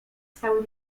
stały